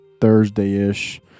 Thursday-ish